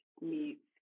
meets